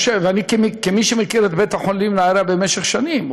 כמי שמכיר את בית-החולים נהריה במשך שנים,